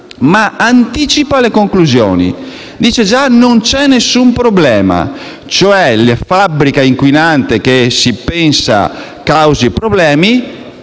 anticipa le conclusioni, dicendo che non c'è alcun problema. La fabbrica inquinante che si pensa causi problemi